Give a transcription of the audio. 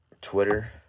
Twitter